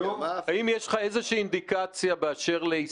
האם נשים ישראליות